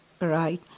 Right